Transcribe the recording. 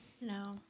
No